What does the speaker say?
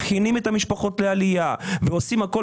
מכינים את המשפחות לעלייה ועושים הכול